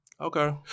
Okay